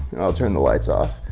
will turn the lights off.